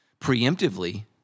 preemptively